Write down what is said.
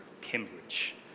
Cambridge